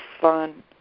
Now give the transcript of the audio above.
fun